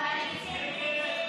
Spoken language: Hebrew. מקנה יציבות.